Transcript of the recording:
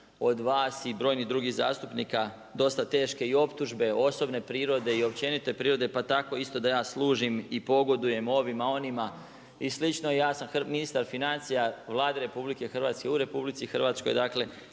od vas i brojnih drugih zastupnika dosta teške i optužbe, osobne prirode i općenite prirode pa tako isto da ja služim i pogodujem ovima, onima i slično. Ja sam ministar financija Vlade RH u RH, dakle